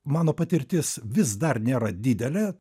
mano patirtis vis dar nėra didelė